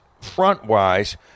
Front-wise